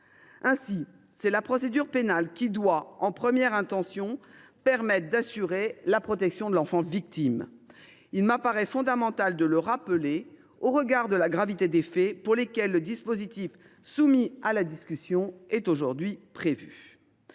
c’est la procédure pénale qui doit, en première intention, permettre d’assurer la protection de l’enfant victime. Il me paraît fondamental de le rappeler, au regard de la gravité des faits, pour lesquels le dispositif soumis à la discussion aujourd’hui est prévu.